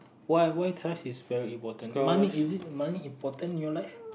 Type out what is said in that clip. why why task is very important money is it money important in your life